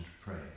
pray